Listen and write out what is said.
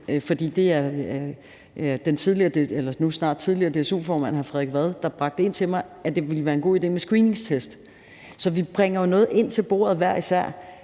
For det er den nu snart tidligere DSU-formand, hr. Frederik Vad, der bragte det ind til mig, nemlig at det ville være en god idé med screeningstest. Så vi bringer jo noget ind til bordet hver især